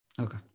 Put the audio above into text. Okay